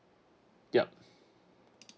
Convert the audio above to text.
yup